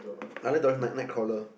I like to watch night Nightcrawler